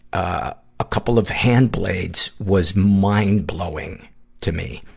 ah, a couple of hand blades was mind-blowing to me.